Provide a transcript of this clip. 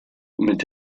mit